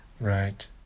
Right